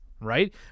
right